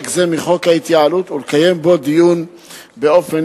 זה מחוק ההתייעלות ולקיים בו דיון בנפרד.